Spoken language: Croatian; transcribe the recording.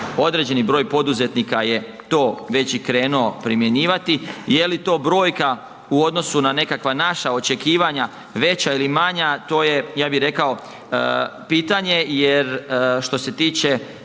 Određeni broj poduzetnika je to već i krenuo primjenjivati, je li to brojka u odnosu na nekakva naša očekivanja veća ili manja, to je ja bih rekao pitanje jer što se tiče